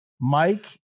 Mike